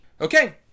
Okay